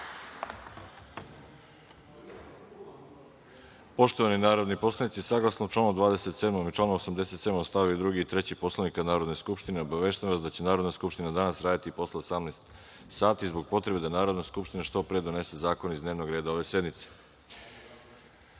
Poštovani narodni poslanici, saglasno članu 27. i članu 87. stavovi 2. i 3. Poslovnika Narodne skupštine, obaveštavam vas da će Narodna skupština danas raditi i posle 18,00 časova zbog potrebe da Narodna skupština što pre donese zakone iz dnevnog reda ove sednice. Reč